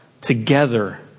Together